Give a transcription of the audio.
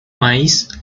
maíz